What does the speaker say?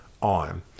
on